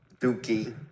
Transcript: Dookie